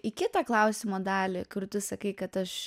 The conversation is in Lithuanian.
į kitą klausimo dalį kur tu sakai kad aš